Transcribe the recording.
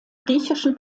griechischen